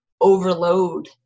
overload